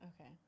Okay